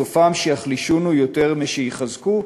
סופם שיחלישונו יותר משיחזקו",